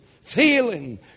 feeling